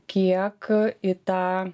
kiek į tą